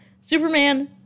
Superman